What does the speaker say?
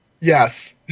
Yes